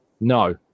No